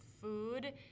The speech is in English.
food